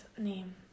name